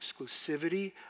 exclusivity